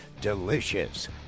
delicious